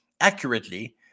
accurately